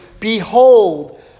behold